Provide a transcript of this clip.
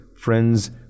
friends